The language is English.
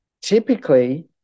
typically